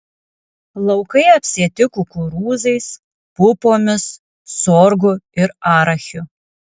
laukai apsėti kukurūzais pupomis sorgu ir arachiu